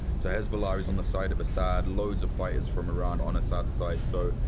so hezbollah is on the side of assad. loads of fighters from iran on assad's side. so,